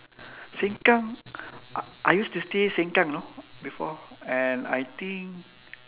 seng kang I I used to stay seng kang you know before and I think